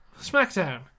Smackdown